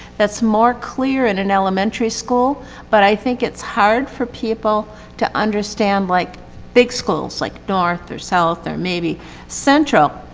that's more clear in an elementary school but i think it's hard for people to understand like big schools like north or south or maybe central